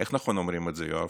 איך אומרים את זה נכון, יואב?